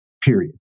period